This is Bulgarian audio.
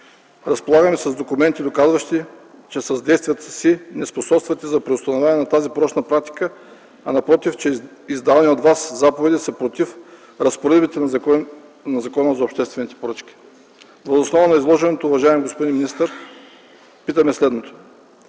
Разполагаме с документи, доказващи, че с действията си неспособствате за преустановяване на тази порочна практика, а напротив, че издадени от Вас заповеди са против разпоредбите на Закона за обществените поръчки. Въз основа на изложеното, уважаеми господин министър, питаме следното: